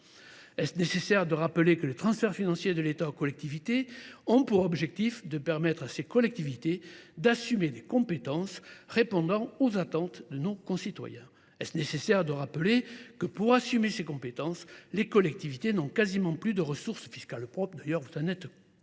Est ce nécessaire de rappeler que les transferts financiers de l’État aux collectivités ont pour objectif de permettre à celles ci d’assumer des compétences répondant aux attentes de nos concitoyens ? Est ce nécessaire de rappeler que, pour assumer ces compétences, les collectivités n’ont quasiment plus de ressources fiscales propres ?